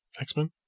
X-Men